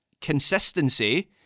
consistency